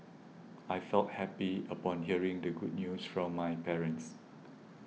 I felt happy upon hearing the good news from my parents